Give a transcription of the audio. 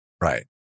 Right